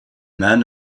men